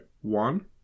one